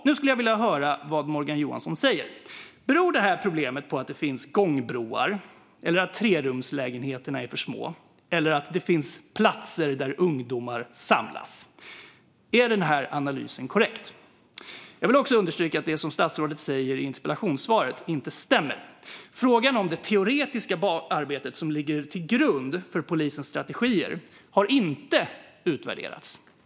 Nu skulle jag vilja höra vad Morgan Johansson säger. Beror det här problemet på att det finns gångbroar, på att trerumslägenheterna är för små eller på att det finns platser där ungdomar samlas? Är den analysen korrekt? Jag vill också understryka att det som statsrådet säger i interpellationssvaret inte stämmer. Det teoretiska arbete som ligger till grund för polisens strategier har inte utvärderats.